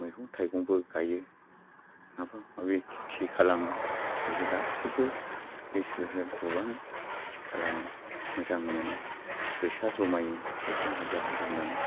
मैगं थाइगंबो गायो माबा माबि खेथि खालामो बिदि गासैबो बे सेल्फ हेल्प ग्रुपआनो खेथि खालामो मोजां मोनो फैसा जमायो फैसा हाजार हाजार मोनो